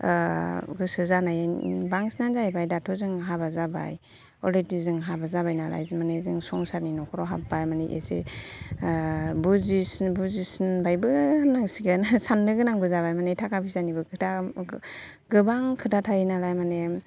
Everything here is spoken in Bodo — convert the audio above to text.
गोसो जानाय बांसिनानो जाहैबाय दाथ' जोङो हाबा जाबाय अलरेडि जों हाबा जाबाय नालाय जों मानि संसारनि न'खराव हाबबाय माने एसे बुजिसिन बुजिसिनबायबो होन्नांसिगोन साननो गोनांबो जाबाय माने थाखा फैसानिबो खोथा गोबां खोथा थायो नालाय माने